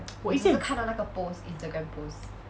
我一件